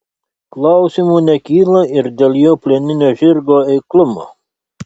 klausimų nekyla ir dėl jo plieninio žirgo eiklumo